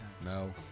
No